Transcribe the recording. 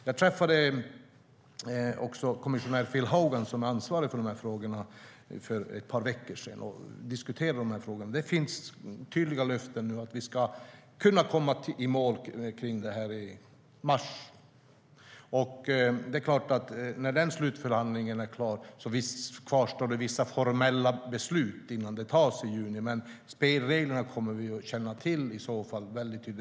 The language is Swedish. Jag träffade också kommissionär Phil Hogan som är ansvarig för frågorna för ett par veckor sedan och diskuterade dem. Det finns tydliga löften att vi ska kunna komma i mål om detta i mars. När slutförhandlingen är klar kvarstår det vissa formella beslut innan det antas i juni. Men vi kommer att känna till spelreglerna väldigt tydligt.